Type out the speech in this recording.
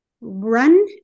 Run